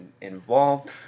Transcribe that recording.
involved